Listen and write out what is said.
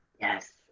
Yes